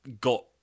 got